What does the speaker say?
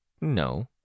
No